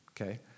Okay